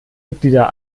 mitglieder